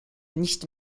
nicht